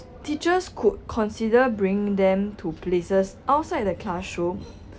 teachers could consider bringing them to places outside the classroom